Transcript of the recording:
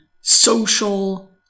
social